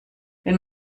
wenn